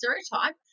stereotype